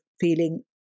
feeling